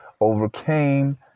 overcame